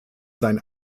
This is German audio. sein